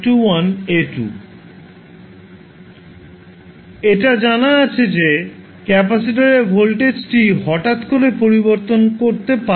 dt এটা জানা আছে যে ক্যাপাসিটরের ভোল্টেজটি হঠাৎ করে পরিবর্তন করতে পারে না